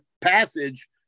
passage